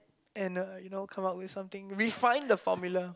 and uh you know come out with something refine the formula